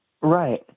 right